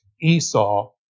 Esau